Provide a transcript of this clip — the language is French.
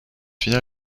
finale